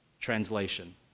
translation